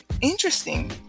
interesting